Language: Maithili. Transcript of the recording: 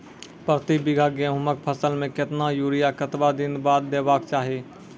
प्रति बीघा गेहूँमक फसल मे कतबा यूरिया कतवा दिनऽक बाद देवाक चाही?